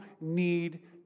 need